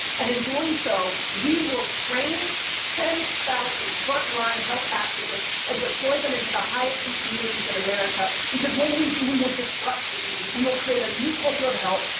and in doing so, we will train ten thousand frontline health activists and deploy them into the highest-need communities in america. because when we do, we will disrupt disease we will create a new culture of health.